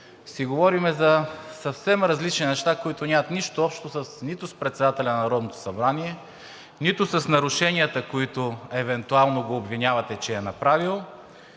си говорим за съвсем различни неща, които нямат нищо общо нито с председателя на Народното събрание, нито с нарушенията, които евентуално го обвинявате, че е направил,